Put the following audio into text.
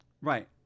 Right